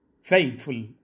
Faithful